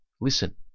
listen